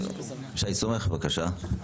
שי סומך, משרד המשפטים, בבקשה.